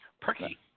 Perky